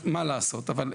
ראשית,